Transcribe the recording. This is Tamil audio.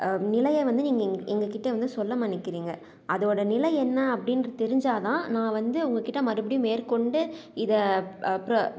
நிலையை வந்து நீங்கள் எங் எங்கள்கிட்ட வந்து சொல்ல மறைக்கிறீங்க அதோடய நிலை என்ன அப்படீன்ற தெரிஞ்சால்தான் நான் வந்து உங்கள்கிட்ட மறுபடி மேற்கொண்டு இத அப்பற